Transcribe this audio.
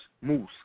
Moose